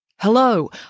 Hello